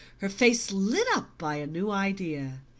her face lit up by a new idea.